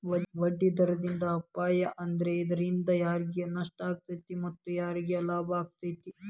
ಬಡ್ಡಿದರದ್ ಅಪಾಯಾ ಆದ್ರ ಇದ್ರಿಂದಾ ಯಾರಿಗ್ ನಷ್ಟಾಕ್ಕೇತಿ ಮತ್ತ ಯಾರಿಗ್ ಲಾಭಾಕ್ಕೇತಿ?